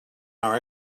our